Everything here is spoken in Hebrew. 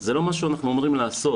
זה לא מה שאנחנו אמורים לעשות,